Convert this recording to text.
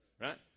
right